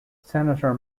senator